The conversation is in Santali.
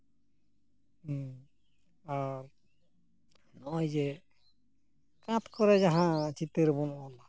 ᱟᱨ ᱱᱚᱜᱼᱚᱭ ᱡᱮ ᱠᱟᱸᱛ ᱠᱚᱨᱮ ᱡᱟᱦᱟᱸ ᱪᱤᱛᱟᱹᱨ ᱵᱚᱱ ᱚᱞᱟ